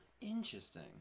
Interesting